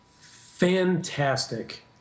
fantastic